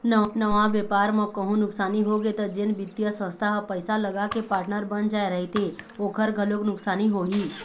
नवा बेपार म कहूँ नुकसानी होगे त जेन बित्तीय संस्था ह पइसा लगाके पार्टनर बन जाय रहिथे ओखर घलोक नुकसानी होही